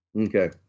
Okay